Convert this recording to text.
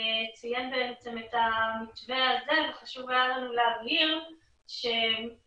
ציין את המתווה הזה וחשוב היה לנו להבהיר שצריך